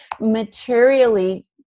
materially